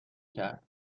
کرد